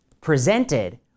presented